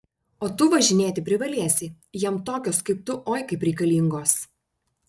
o tu važinėti privalėsi jam tokios kaip tu oi kaip reikalingos